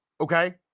okay